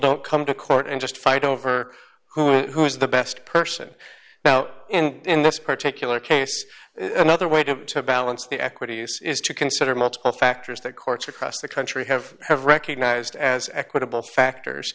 don't come to court and just fight over who is the best person now in in this particular case another way to balance the equity use is to consider multiple factors that courts across the country have have recognized as equitable factors